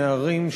נערים,